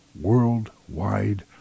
Worldwide